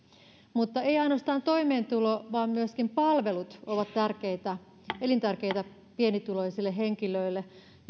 ei ainoastaan toimeentulo vaan myöskin palvelut ovat elintärkeitä pienituloisille henkilöille